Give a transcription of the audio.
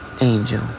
angel